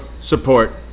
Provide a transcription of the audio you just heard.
support